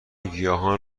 گیاهان